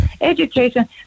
education